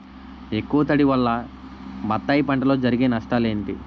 ఎక్కువ తడి వల్ల బత్తాయి పంటలో జరిగే నష్టాలేంటి?